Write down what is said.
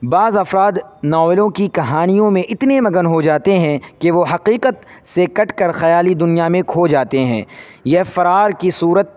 بعض افراد ناولوں کی کہانیوں میں اتنے مگن ہو جاتے ہیں کہ وہ حقیقت سے کٹ کر خیالی دنیا میں کھو جاتے ہیں یہ فرار کی صورت